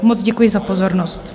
Moc děkuji za pozornost.